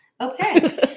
Okay